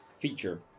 feature